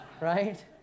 right